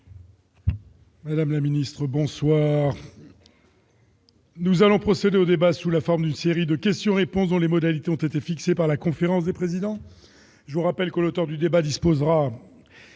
La République En Marche. Nous allons procéder au débat sous la forme d'une série de questions-réponses dont les modalités ont été fixées par la conférence des présidents. Je rappelle que l'auteur du débat disposera